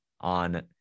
on